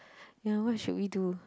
ya what should we do